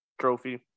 trophy